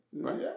right